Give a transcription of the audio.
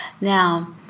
Now